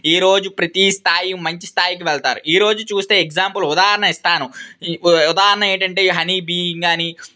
ఈ రోజు ప్రతి స్థాయి మంచి స్థాయికి వెళ్తారు ఈరోజు చూస్తే ఎగ్జాంపుల్ ఉదాహరణ ఇస్తాను ఉదాహరణ ఏంటి అంటే హనీబీయింగ్ కానీ